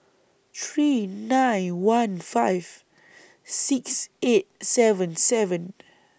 three nine one five six eight seven seven